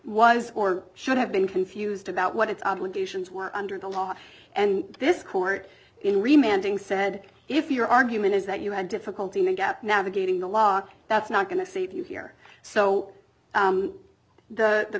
was or should have been confused about what its obligations were under the law and this court in ri manning said if your argument is that you have difficulty in the gap navigating the law that's not going to save you here so the